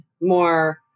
more